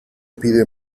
pide